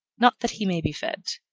not that he may be fed,